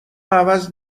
عوض